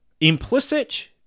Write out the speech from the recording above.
implicit